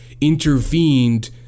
intervened